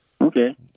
okay